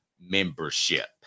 membership